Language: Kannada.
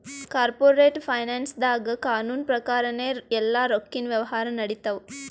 ಕಾರ್ಪೋರೇಟ್ ಫೈನಾನ್ಸ್ದಾಗ್ ಕಾನೂನ್ ಪ್ರಕಾರನೇ ಎಲ್ಲಾ ರೊಕ್ಕಿನ್ ವ್ಯವಹಾರ್ ನಡಿತ್ತವ